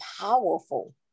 powerful